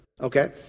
Okay